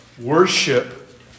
Worship